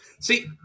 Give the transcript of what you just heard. see